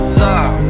love